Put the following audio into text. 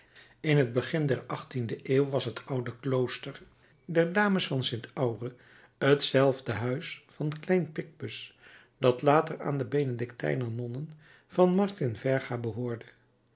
in het begin der achttiende eeuw was het oude klooster der dames van st aure hetzelfde huis van klein picpus dat later aan de benedictijner nonnen van martin verga behoorde